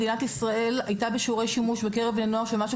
מדינת ישראל הייתה בשיעורי שימוש בקרב בני נוער של משהו